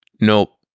Nope